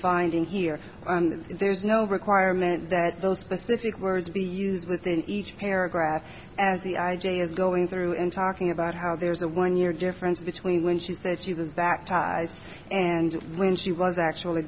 finding here and there's no requirement that those specific words be used within each paragraph as the i j a is going through and talking about how there's a one year difference between when she said she was that ties and when she was actually